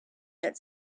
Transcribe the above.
that